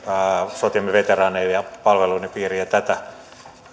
sotiemme veteraaneja palveluiden piiriin ja tätä